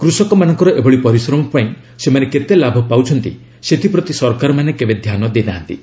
କୃଷକମାନଙ୍କର ଏଭଳି ପରିଶ୍ରମ ପାଇଁ ସେମାନେ କେତେ ଲାଭ ପାଉଛନ୍ତି ସେଥିପ୍ରତି ସରକାରମାନେ କେବେ ଧ୍ୟାନ ଦେଇନାହାନ୍ତି